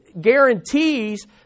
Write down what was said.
guarantees